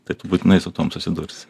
tai tu būtinai su tuom susidursi